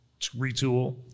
retool